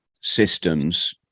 systems